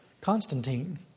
Constantine